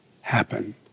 happen